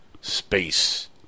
space